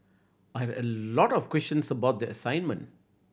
I have a lot of questions about the assignment